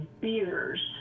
beers